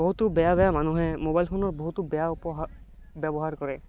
বহুতো বেয়া বেয়া মানুহে মোবাইল ফোনৰ বহুতো বেয়া উপহাৰ ব্যৱহাৰ কৰে